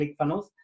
ClickFunnels